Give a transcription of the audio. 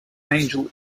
angel